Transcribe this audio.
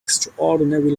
extraordinary